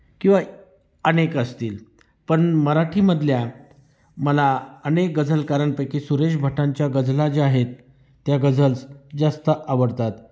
किंवा अनेक असतील पण मराठीमधल्या मला अनेक गजलकारांपैकी सुरेश भटांच्या गजला ज्या आहेत त्या गझलस जास्त आवडतात